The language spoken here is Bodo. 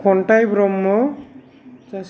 खन्थाय ब्रह्म